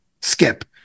skip